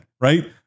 right